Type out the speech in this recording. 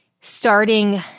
Starting